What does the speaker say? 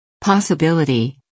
Possibility